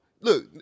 Look